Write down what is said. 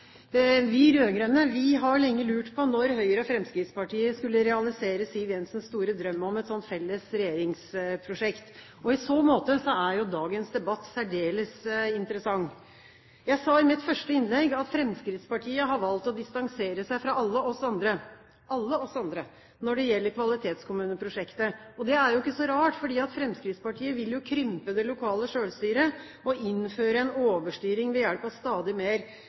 Vi rød-grønne har lenge lurt på når Høyre og Fremskrittspartiet skulle realisere Siv Jensens store drøm om et felles regjeringsprosjekt. I så måte er dagens debatt særdeles interessant. Jeg sa i mitt første innlegg at Fremskrittspartiet har valgt å distansere seg fra alle oss andre – alle oss andre – når det gjelder Kvalitetskommuneprosjektet. Det er jo ikke så rart, for Fremskrittspartiet vil jo krympe det lokale selvstyret og innføre en overstyring ved hjelp av stadig mer